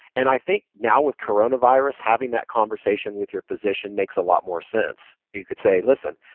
and i think now, with coronavirus having that conversation with your physician makes a lot more sense. you could say, listen,